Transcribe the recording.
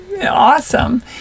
awesome